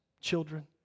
children